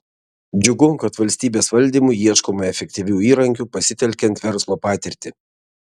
džiugu kad valstybės valdymui ieškoma efektyvių įrankių pasitelkiant verslo patirtį